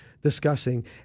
discussing